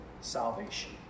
salvation